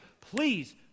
Please